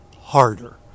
harder